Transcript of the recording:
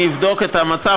אני אבדוק את המצב,